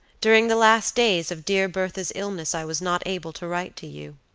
during the last days of dear bertha's illness i was not able to write to you.